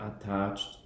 attached